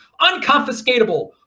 unconfiscatable